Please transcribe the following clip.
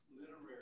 Literary